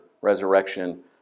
resurrection